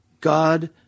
God